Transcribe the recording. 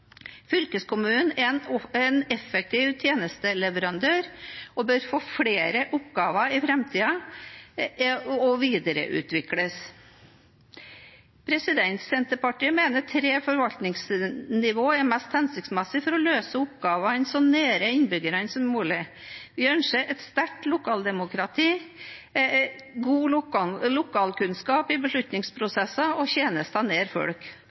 Fylkeskommunen er en effektiv tjenesteleverandør som bør få flere oppgaver i framtiden og videreutvikles. Senterpartiet mener tre forvaltningsnivå er mest hensiktsmessig for å løse oppgavene så nært innbyggerne som mulig. Vi ønsker et sterkt lokaldemokrati, god lokalkunnskap i beslutningsprosesser og tjenester nær folk